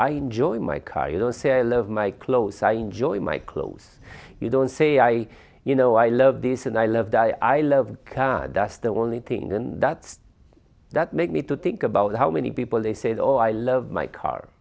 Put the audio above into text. i enjoy my car you don't say i love my clothes i enjoy my clothes you don't say i you know i love this and i love die i love can that's the only thing and that's that make me to think about how many people they said oh i love my car